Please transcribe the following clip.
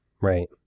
right